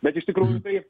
bet iš tikrųjų tai